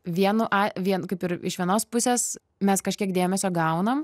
vienu vien kaip ir iš vienos pusės mes kažkiek dėmesio gaunam